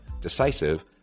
decisive